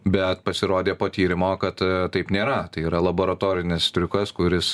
bet pasirodė po tyrimo kad taip nėra tai yra laboratorinis triukas kuris